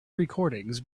recordings